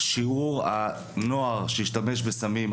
שיעור הנוער שהשתמש בסמים,